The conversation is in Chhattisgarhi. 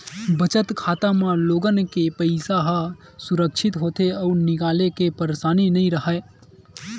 बचत खाता म लोगन के पइसा ह सुरक्छित होथे अउ निकाले के परसानी नइ राहय